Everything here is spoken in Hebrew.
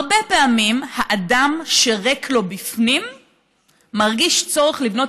הרבה פעמים האדם שריק לו בפנים מרגיש צורך לבנות